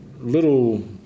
little